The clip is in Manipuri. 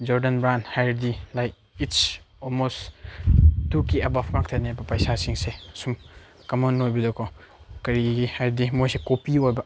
ꯖꯣꯔꯗꯟ ꯕ꯭ꯔꯥꯟ ꯍꯥꯏꯔꯗꯤ ꯂꯥꯏꯛ ꯏꯠꯁ ꯑꯣꯜꯃꯣꯁ ꯇꯨ ꯀꯦ ꯑꯕꯞ ꯉꯥꯛꯇꯅꯦꯕ ꯄꯩꯁꯥꯁꯤꯡꯁꯦ ꯁꯨꯝ ꯀꯃꯟ ꯑꯣꯏꯕꯗꯀꯣ ꯀꯔꯤꯒꯤ ꯍꯥꯏꯔꯗꯤ ꯃꯣꯏꯁꯦ ꯀꯣꯄꯤ ꯑꯣꯏꯕ